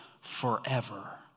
forever